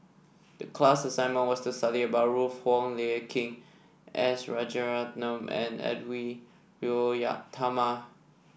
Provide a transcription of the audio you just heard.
the class assignment was to study about Ruth Wong Hie King S Rajaratnam and Edwy Lyonet Talma